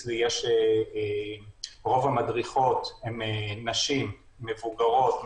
רוב המדריכות במועדוניות הן נשים מבוגרות,